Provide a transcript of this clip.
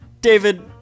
david